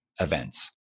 events